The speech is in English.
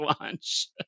launch